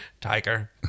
tiger